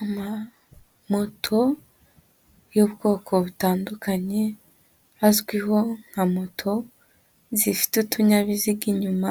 Ama moto y'ubwoko butandukanye azwiho nka moto zifite utunyabiziga inyuma